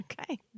Okay